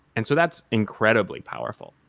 and so that's incredibly powerful,